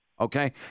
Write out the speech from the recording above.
Okay